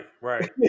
Right